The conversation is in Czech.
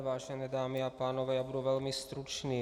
Vážené dámy a pánové, budu velmi stručný.